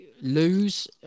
lose